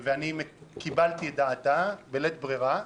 קיבלתי את דעתה בלית ברירה.